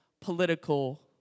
political